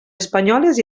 espanyoles